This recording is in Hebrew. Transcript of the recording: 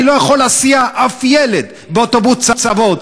אני לא יכול להסיע אף ילד באוטובוס צהוב.